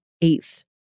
eighth